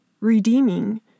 redeeming